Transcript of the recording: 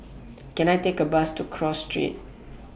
Can I Take A Bus to Cross Street